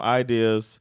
ideas